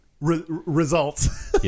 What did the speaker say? results